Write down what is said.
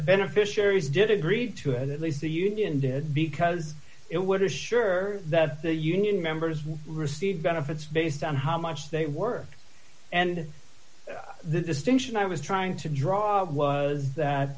beneficiaries did agreed to it at least the union did because it would assure that the union members receive benefits based on how much they work and the distinction i was trying to draw it was that